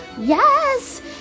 Yes